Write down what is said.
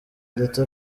ndetse